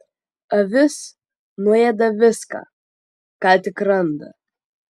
avis nuėda viską ką tik randa